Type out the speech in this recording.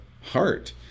heart